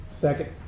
Second